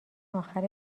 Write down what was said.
آخر